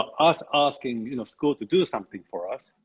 us asking, you know, school to do something for us,